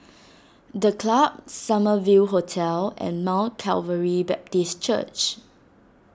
the Club Summer View Hotel and Mount Calvary Baptist Church